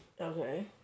Okay